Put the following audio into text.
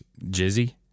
Jizzy